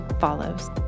follows